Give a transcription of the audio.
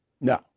No